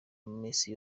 misi